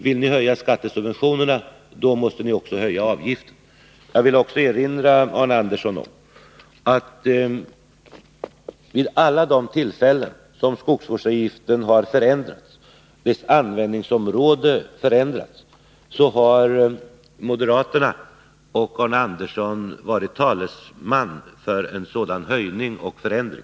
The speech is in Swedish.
Vill ni höja skattesubventionerna måste ni också höja avgiften. Jag vill också erinra Arne Andersson om att vid alla de tillfällen som skogsvårdsavgiftens användningsområde har förändrats har moderaterna och Arne Andersson varit talesmän för en sådan förändring.